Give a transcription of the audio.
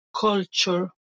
culture